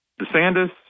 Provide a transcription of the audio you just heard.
DeSantis